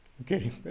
Okay